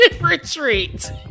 retreat